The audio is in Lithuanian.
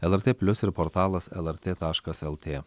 lrt plius ir portalas lrt taškas lt